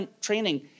training